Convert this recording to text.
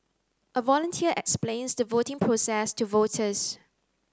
a volunteer explains the voting process to voters